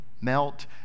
melt